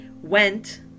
went